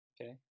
Okay